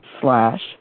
slash